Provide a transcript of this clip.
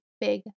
big